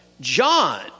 John